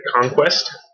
Conquest